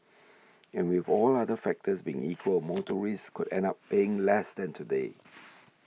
and with all other factors being equal motorists could end up paying less than today